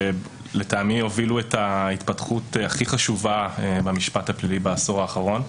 שלטעמי הובילו את ההתפתחות הכי חשובה במשפט הפלילי בעשור האחרון,